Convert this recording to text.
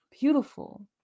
beautiful